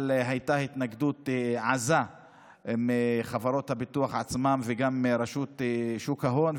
אבל הייתה התנגדות עזה מחברות הביטוח עצמן וגם מרשות שוק ההון,